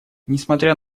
несмотря